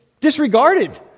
disregarded